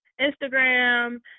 Instagram